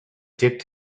dipped